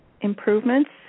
improvements